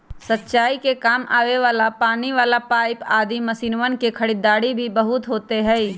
सिंचाई के काम आवे वाला पानी वाला पाईप आदि मशीनवन के खरीदारी भी बहुत होते हई